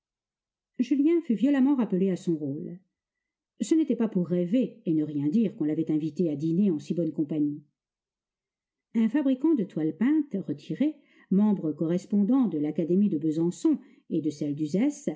julien fut violemment rappelé à son rôle ce n'était pas pour rêver et ne rien dire qu'on l'avait invité à dîner en si bonne compagnie un fabricant de toiles peintes retiré membre correspondant de l'académie de besançon et de celle d'uzès